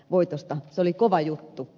se oli kova juttu